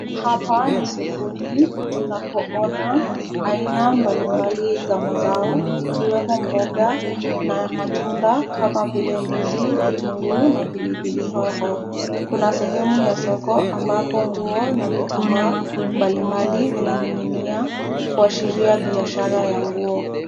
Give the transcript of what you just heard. Hapa ni sokoni tunapoona aina mbalimbali za mazao ikiwemo mboga na matunda kama vile ndizi, vitunguu na pilipili hoho. Kuna sehemu ya soko ambapo nguo na vitambaa mbalimbali vinaning'inia kuashiria biashara ya nguo.